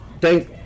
thank